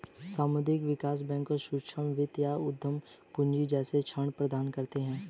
सामुदायिक विकास बैंक सूक्ष्म वित्त या उद्धम पूँजी जैसे ऋण प्रदान करते है